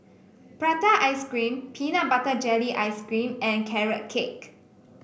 Prata Ice Cream Peanut Butter Jelly Ice cream and Carrot Cake